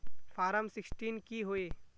Form sixteen की होय?